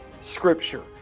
scripture